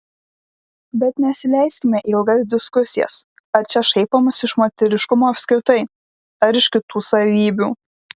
bet nesileiskime į ilgas diskusijas ar čia šaipomasi iš moteriškumo apskritai ar iš kitų savybių